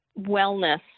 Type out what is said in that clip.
wellness